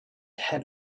had